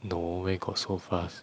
no where got so fast